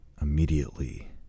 immediately